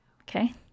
okay